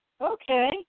Okay